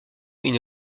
une